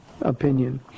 opinion